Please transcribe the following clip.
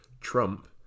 trump